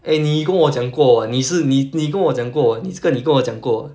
eh 你跟我讲过你是你你跟我讲过你这个你跟我讲过